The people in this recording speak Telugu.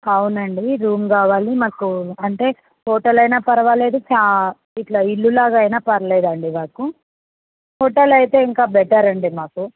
అవునుఅండి రూమ్ కావాలి మాకు అంటే హోటల్ అయిన పరవాలేదు ఫ్యా ఇట్లా ఇల్లులాగా అయిన పర్లేదండి మాకు హోటల్ అయితే ఇంకా బెటర్ అండి మాకు